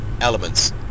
elements